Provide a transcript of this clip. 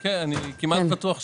אני כמעט בטוח שכן.